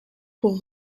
pour